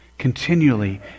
continually